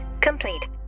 complete